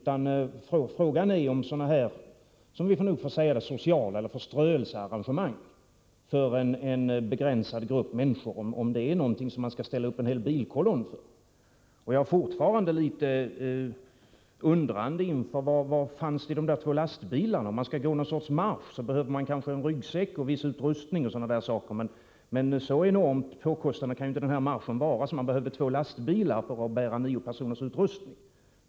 Frågan är om man, för sådana här sociala eller förströelsearrangemang för en begränsad grupp människor, skall ställa upp en bilkolonn. Jag är fortfarande litet undrande inför vad som fanns i de två lastbilarna. Skall man gå någon sorts marsch behöver man kanske en ryggsäck och viss annan utrustning, men så enormt påkostande kan väl inte marschen vara att man behöver två lastbilar för att frakta nio personers utrustning!